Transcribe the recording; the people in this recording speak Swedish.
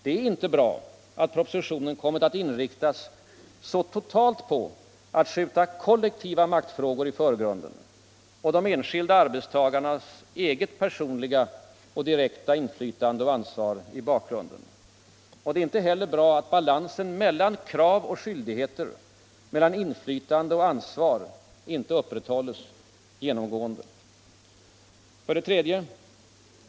Det är inte bra att propositionen kommit att inriktas så totalt på att skjuta kollektiva maktfrågor i förgrunden och de enskilda arbetstagarnas eget personliga och direkta inflytande och ansvar i bakgrunden. Det är inte heller bra att balansen mellan krav och skyldigheter, mellan inflytande och ansvar inte upprätthålls genomgående. 3.